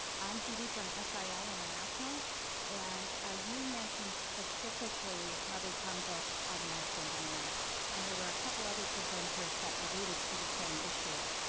i'm judy from ah sil international and ah you mentioned specifically mother tongue books are the most in-demand. and there were a couple other presenters that alluded to the same issue.